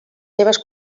seves